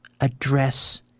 address